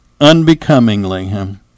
unbecomingly